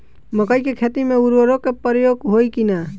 मकई के खेती में उर्वरक के प्रयोग होई की ना?